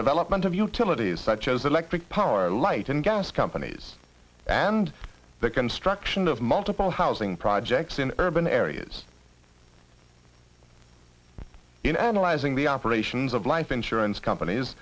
development of utilities such as electric power light and gas companies and the construction of multiple housing projects in urban areas in analyzing the operations of life insurance companies